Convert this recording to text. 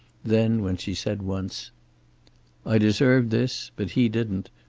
then when she said once i deserved this, but he didn't.